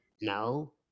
No